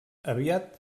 aviat